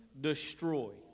destroy